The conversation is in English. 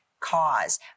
cause